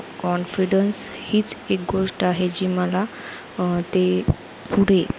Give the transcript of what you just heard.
confidence हीच एक गोष्ट आहे जी मला ते पुढे